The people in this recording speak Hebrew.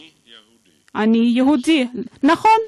אני יהודי, נכון.